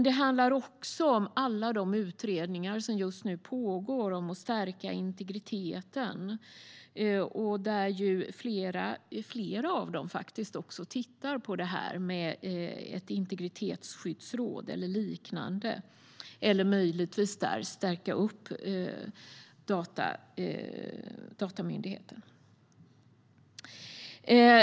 De handlar också om alla de utredningar som just nu pågår om att stärka integriteten, och flera av motionerna tar upp frågan om ett integritetsskyddsråd eller liknande eller att stärka Datainspektionen.